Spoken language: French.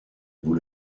vous